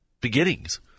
beginnings